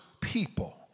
people